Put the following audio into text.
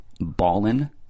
ballin